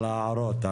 על ההערות.